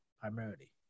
primarily